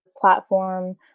platform